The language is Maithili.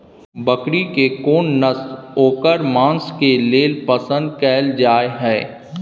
बकरी के कोन नस्ल ओकर मांस के लेल पसंद कैल जाय हय?